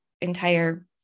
entire